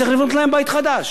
צריך לבנות להם בית חדש,